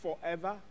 forever